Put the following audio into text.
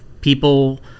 people